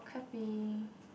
crapy